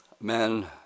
men